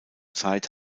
zeit